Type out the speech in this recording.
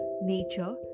Nature